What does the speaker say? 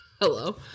Hello